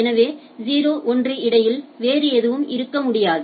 எனவே 0 1 இடையில் வேறு எதுவும் இருக்க முடியாது